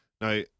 now